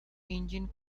engine